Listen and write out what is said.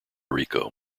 rico